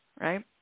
right